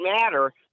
matter